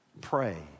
pray